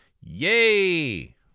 Yay